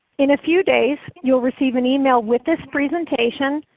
in a few days you will receive an email with this presentation,